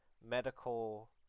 medical